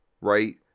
right